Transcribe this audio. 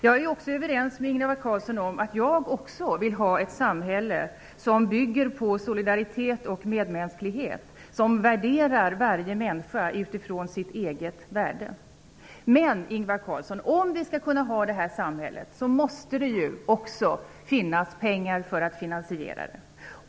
Jag är också överens med Ingvar Carlsson om att vilja ha ett samhälle som bygger på solidaritet och medmänsklighet och som bedömer varje människa utifrån hennes eget värde. Men, Ingvar Carlsson, om vi skall kunna få detta samhälle, måste det också finnas pengar för att finansiera det.